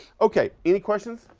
okay, any questions?